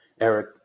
Eric